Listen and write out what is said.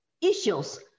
issues